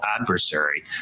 adversary